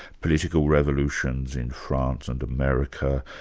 political revolutions in france and america,